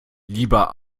lieber